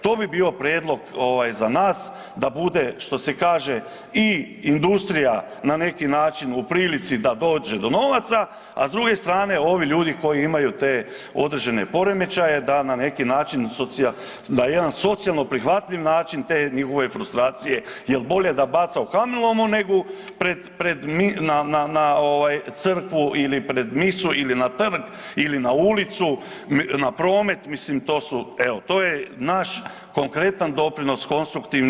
To bi bio prijedlog za nas da bude što se kaže i industrija na neki način u prilici da dođe do novaca, a s druge strane ovi ljudi koji imaju te određene poremećaje da na neki način, na jedan socijalno prihvatljiv način te njihove frustracije, jel bolje da baca u kamenolomu nego pred Crkvu ili pred misu ili na trg ili na ulicu, na promet, mislim to je naš konkretan doprinos konstruktivni.